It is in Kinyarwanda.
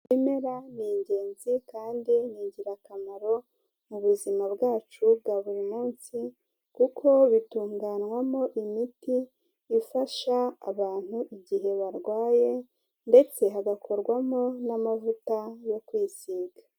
Ibimera ni ingenzi kandi ni ingirakamaro, mu buzima bwacu bwa buri munsi, kuko bitunganywamo imiti ifasha abantu igihe barwaye ndetse hagakorwamo n'amavuta yo kwisiga.